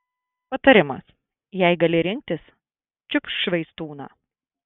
patarimas jei gali rinktis čiupk švaistūną